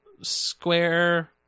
square